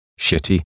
shitty